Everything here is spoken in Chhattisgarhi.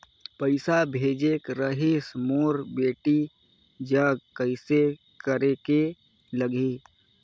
पइसा भेजेक रहिस मोर बेटी जग कइसे करेके लगही?